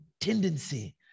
tendency